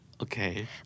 Okay